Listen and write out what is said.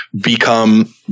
become